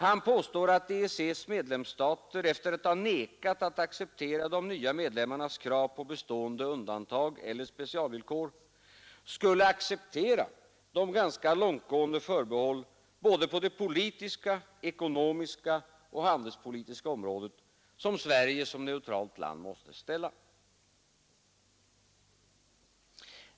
Han påstår att EEC:s medlemsstater, efter att ha vägrat att acceptera de nya medlemmarnas krav på bestående undantag eller specialvillkor, skulle acceptera de ganska långtgående förbehåll både på det politiska, ekonomiska och handelspolitiska området, som Sverige som neutralt land måste ställa.